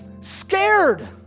scared